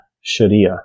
Sharia